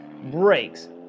Brakes